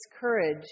courage